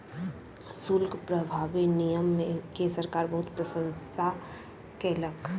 शुल्क प्रभावी नियम के सरकार बहुत प्रशंसा केलक